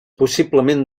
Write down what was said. possiblement